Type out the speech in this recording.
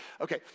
Okay